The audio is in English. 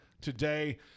today